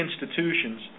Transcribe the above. institutions